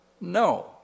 No